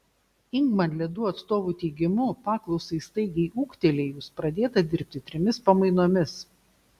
ingman ledų atstovų teigimu paklausai staigiai ūgtelėjus pradėta dirbti trimis pamainomis